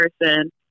person